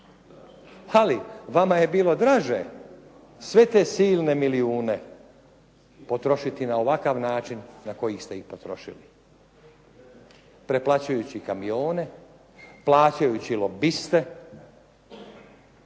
Ali, vama je bilo draže sve te silne milijune potrošiti na ovakav način na koji ste ih potrošili. Preplaćujući kamione, plaćajući lobiste